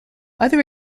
other